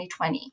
2020